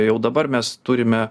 jau dabar mes turime